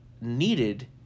needed